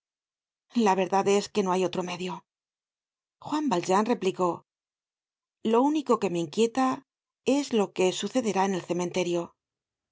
la verdad es que no hay otro medio juan valjean replicó lo único que me inquieta es lo que sucederá en el cementerio